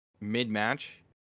mid-match